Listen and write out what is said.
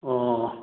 ꯑꯣ